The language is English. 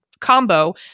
combo